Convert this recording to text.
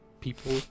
people